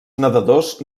nedadors